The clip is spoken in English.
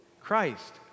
Christ